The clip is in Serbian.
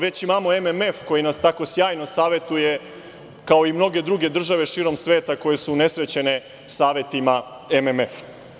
Već imamo MMF koji nas tako sjajno savetuje kao i mnoge druge države širom sveta koje su unesrećene savetima MMF.